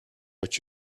but